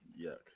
Yuck